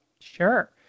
sure